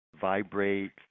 vibrate